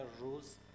rules